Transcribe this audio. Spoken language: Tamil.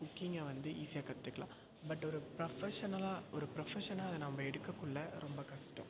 குக்கிங்கை வந்து ஈஸியாக கற்றுக்கலாம் பட் ஒரு ப்ரொஃபஷனலாக ஒரு ப்ரொஃபஷனாக அது நம்ப எடுக்கக்குள்ள ரொம்ப கஸ்டம்